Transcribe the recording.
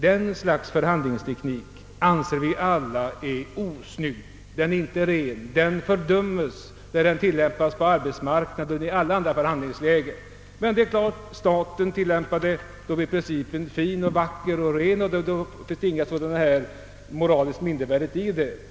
Den sortens förhandlingsteknik anser vi vara osnygg; den är inte ren, och den fördöms när den tillämpas på arbetsmarknaden och i alla andra förhandlingslägen. Men om staten tillämpar den principen anses den tydligen vara vacker och ren, och då ligger det inget moraliskt förkastligt i den.